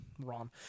wrong